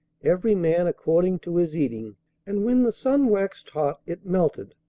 every man according to his eating and when the sun waxed hot, it melted.